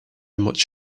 much